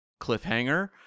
cliffhanger